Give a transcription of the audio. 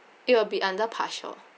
it will be under partial